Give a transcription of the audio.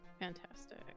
Fantastic